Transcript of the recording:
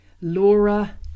Laura